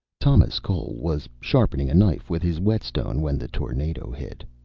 thomas cole was sharpening a knife with his whetstone when the tornado hit.